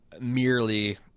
merely